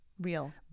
real